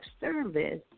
service